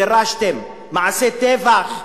גירשתם, מעשי טבח.